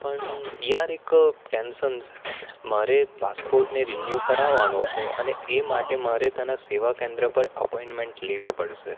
પણ યાર એક ટેન્સન છે મારે પાસપોર્ટને રીન્યૂ કરાવવાનો છે અને એ માટે મારે તને સેવા કેન્દ્ર પર અપોઈન્ટમેન્ટ પણ લેવી પડશે